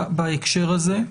בהקשר הזה.